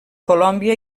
colòmbia